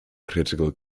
critical